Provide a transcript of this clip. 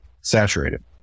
saturated